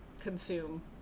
consume